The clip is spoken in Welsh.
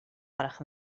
gwelwch